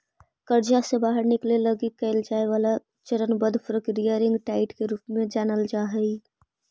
कर्जा से बाहर निकले लगी कैल जाए वाला चरणबद्ध प्रक्रिया रिंग डाइट के रूप में जानल जा हई